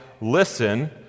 listen